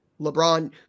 LeBron